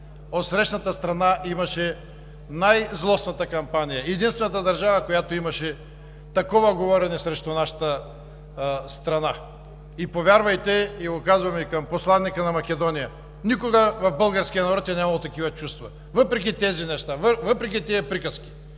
отсрещната страна имаше най-злостната кампания – единствената държава, която имаше такова говорене срещу нашата страна. Повярвайте, казвам го и към посланика на Македония: никога в българския народ не е имало такива чувства, въпреки тези приказки